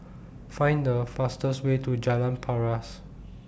Find The fastest Way to Jalan Paras